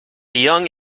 young